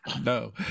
no